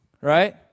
Right